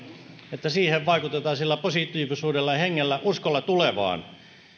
että siihen vaikutetaan positiivisuudella ja hengellä uskolla tulevaan